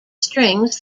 strings